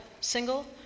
single